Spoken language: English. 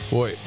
Boy